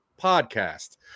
podcast